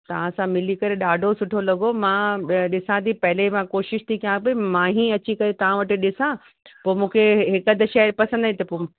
तव्हां सां मिली करे ॾाढो सुठो लॻो मां बि ॾिसां थी पहले मां कोशिशि थी कयां भई मां ई अची करे तव्हां वटि ॾिसां पोइ मूंखे हिकु अधु शइ पसंदि आई त पोइ